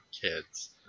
kids